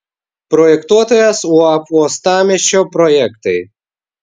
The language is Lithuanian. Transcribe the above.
projektuotojas uab uostamiesčio projektai